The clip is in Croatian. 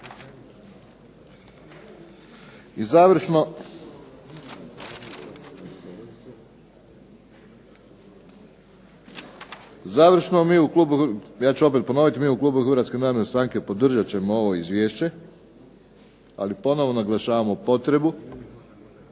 u klubu, ja ću opet ponoviti, mi u klubu Hrvatske narodne stranke podržat ćemo ovo izvješće, ali ponovno naglašavamo potrebu